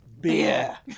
beer